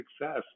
success